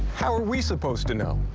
how are we supposed to know?